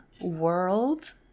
World